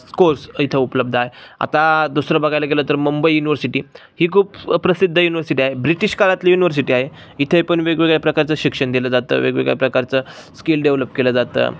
scores इथं उपलब्ध आहे आता दुसरं बघायला गेलं तर मुंबई युनवर्सिटी ही खूप प्रसिद्ध युनिव्हर्सिटी आहे ब्रिटिश काळातली युनव्हर्सिटी आहे इथे पण वेगवेगळ्या प्रकारचं शिक्षण दिलं जातं वेगवेगळ्या प्रकारचं स्किल डेव्हलप केलं जातं